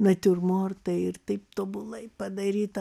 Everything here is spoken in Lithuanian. natiurmortai ir taip tobulai padaryta